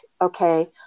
okay